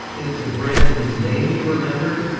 it was a brand whose name you remembered,